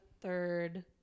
third